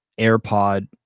airpod